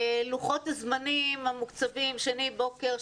ולוחות זמנים המוקצבים שני בוקר,